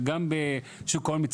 וגם ברשות שוק ההון,